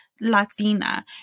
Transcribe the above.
Latina